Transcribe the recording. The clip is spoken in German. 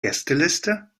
gästeliste